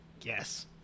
Yes